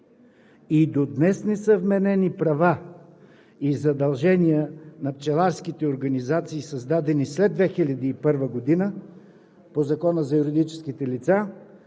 и до днес не са вменени права и задължения на пчеларските организации, създадени след 2001 г. по Закона за юридическите лица,